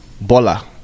Bola